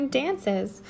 dances